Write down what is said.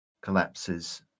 collapses